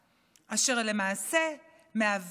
אשר למעשה מהווה היום